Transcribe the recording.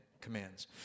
commands